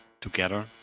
together